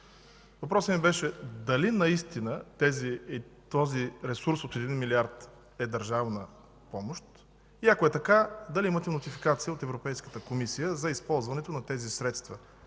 Въпросът ми беше дали наистина този ресурс от 1 милиард е държавна помощ и ако е така, дали имате нотификация от Европейската комисия за използването на тези средства.